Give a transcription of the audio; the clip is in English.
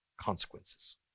consequences